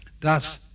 Thus